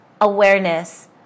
awareness